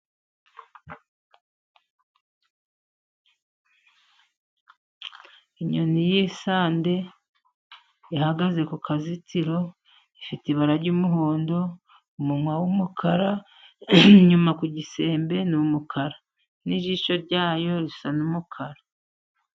Inyoni y'isandi ihagaze ku kazitiro, ifite ibara ry'umuhondo, umunwa w'umukara, inyuma ku gisembe ni umukara n'ijisho ryayo risa n'umukara.